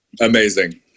Amazing